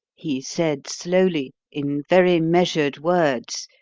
he said slowly, in very measured words,